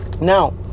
Now